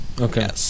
Okay